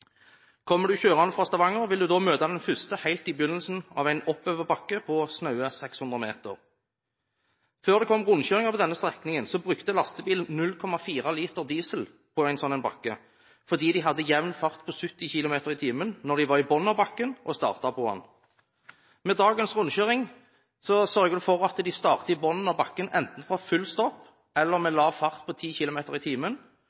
Kommer man kjørende fra Stavanger, vil man møte den første helt i begynnelsen av en oppoverbakke på snaue 600 meter. Før det kom rundkjøringer på denne strekningen, brukte lastebilen 0,4 liter diesel på en slik bakke, fordi den hadde jevn fart på 70 km/t når den var i bunnen av bakken og startet på den. Med dagens rundkjøring sørger man for at man starter i bunnen av bakken enten fra full stopp eller med